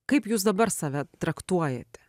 kaip jūs dabar save traktuojate